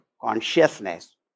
consciousness